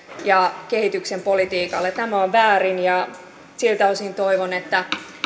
ja kehityksen politiikalle tämä on väärin ja siltä osin toivon että